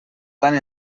tant